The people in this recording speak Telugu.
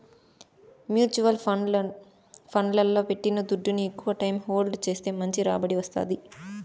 మ్యూచువల్ ఫండ్లల్ల పెట్టిన దుడ్డుని ఎక్కవ టైం హోల్డ్ చేస్తే మంచి రాబడి వస్తాది